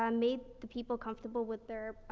um made the people comfortable with their,